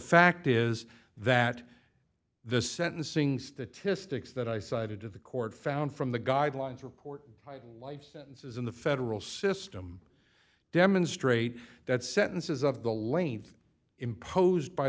fact is that the sentencing statistics that i cited to the court found from the guidelines report life sentences in the federal system demonstrate that sentences of the length imposed by